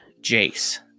Jace